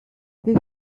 they